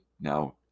now